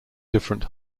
different